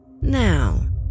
Now